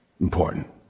Important